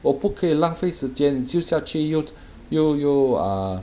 我不可以浪费时间就下去又又又 ah